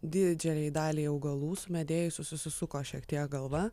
didžiajai daliai augalų sumedėjusių susisuko šiek tiek galva